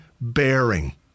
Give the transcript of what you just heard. bearing